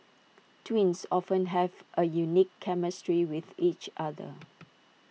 twins often have A unique chemistry with each other